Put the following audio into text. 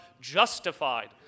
justified